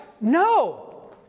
No